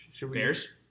Bears